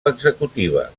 executiva